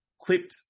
clipped